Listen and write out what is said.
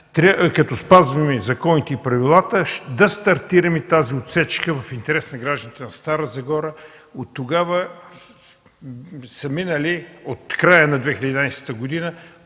„като спазваме законите и правилата, да стартираме тази отсечка в интерес на гражданите в Стара Загора”. От края на 2011 г. са